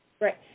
Right